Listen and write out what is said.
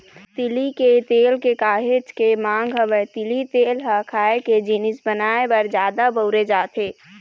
तिली के तेल के काहेच के मांग हवय, तिली तेल ह खाए के जिनिस बनाए बर जादा बउरे जाथे